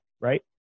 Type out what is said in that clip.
right